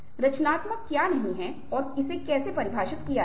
रचनात्मक क्या नहीं है और इसे कैसे परिभाषित किया जाए